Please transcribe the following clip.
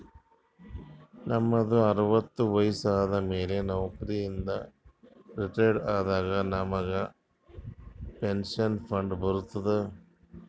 ನಮ್ದು ಅರವತ್ತು ವಯಸ್ಸು ಆದಮ್ಯಾಲ ನೌಕರಿ ಇಂದ ರಿಟೈರ್ ಆದಾಗ ನಮುಗ್ ಪೆನ್ಷನ್ ಫಂಡ್ ಬರ್ತುದ್